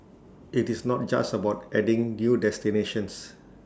IT is not just about adding new destinations